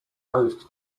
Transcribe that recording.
road